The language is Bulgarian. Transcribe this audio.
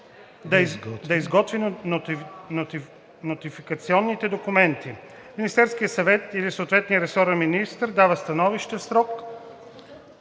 да изготви нотификационните документи. Министерският съвет или съответният ресорен министър дава становище в срок